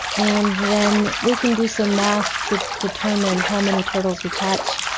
and then we can do some math to determine how many turtles we catch,